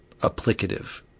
applicative